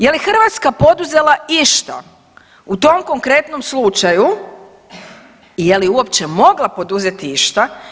Je li Hrvatska poduzela išta u tom konkretnom slučaju i je li uopće mogla poduzeti išta?